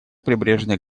прибрежных